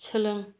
सोलों